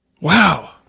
wow